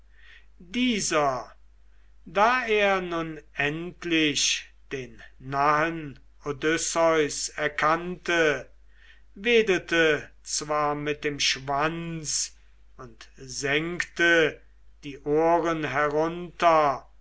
dieser da er nun endlich den nahen odysseus erkannte wedelte zwar mit dem schwanz und senkte die ohren herunter